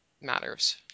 matters